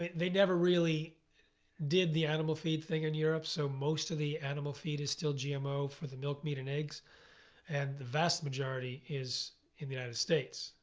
they never really did the animal feed thing in europe. so most of the animal feed is still gmo for the milk, meat, and eggs and the vast majority is in the united states.